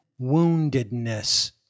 woundedness